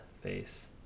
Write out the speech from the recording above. face